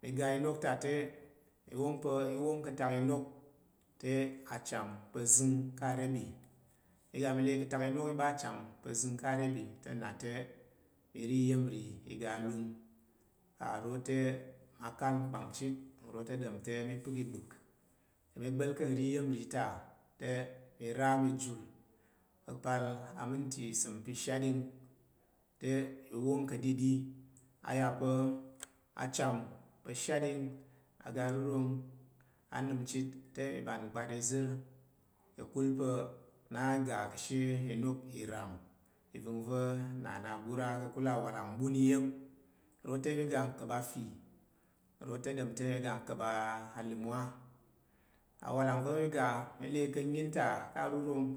mi ga inok ta te i wong pa̱ i wong ka̱ tak inok te acham pa̱ zəng ka rebi mi ga mi le ka̱ tak inok acham pa̱ zəng ka rebi te nna te mi ri iya̱m nri iga alum nro te ma kal nkpang chit nro te chang te mi pək i ɓək mi gba̱l ka̱ nri iya̱m nri ta te mi ra mi jul ka̱pal aminti isem pa̱ shaɗing te mi wong ka̱ɗiɗi a ya pa acham pa̱ shaɗing aga rurum a nəm chit te i ɓan ngbar izər ka̱kul pa̱ na iga ka̱she inok iram i vəng va̱ na na ɓur á. Ka̱kul awalang mɓun iya̱m nro te mi ga nka̱p afi nro te mi ga nka̱p alumwa awalang va̱ mi ga mi le ka̱ nyin ta ka arurong.